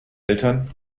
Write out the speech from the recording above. eltern